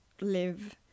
live